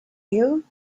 you